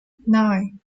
nine